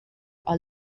are